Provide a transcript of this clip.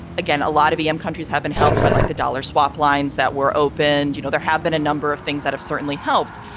again, a lot of the, um, countries have been helped by, like, the dollar swap lines that were opened. you know, there have been a number of things that have certainly helped.